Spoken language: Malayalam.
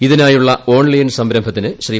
ഇതിനായുള്ള ഓൺലൈൻ സംരംഭത്തിന് ശ്രീ